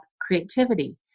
creativity